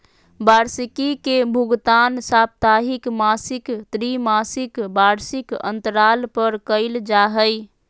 वार्षिकी के भुगतान साप्ताहिक, मासिक, त्रिमासिक, वार्षिक अन्तराल पर कइल जा हइ